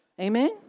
Amen